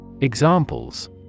Examples